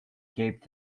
cape